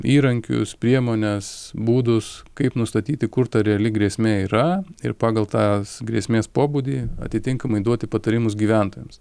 įrankius priemones būdus kaip nustatyti kur ta reali grėsmė yra ir pagal tas grėsmės pobūdį atitinkamai duoti patarimus gyventojams